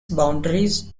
boundaries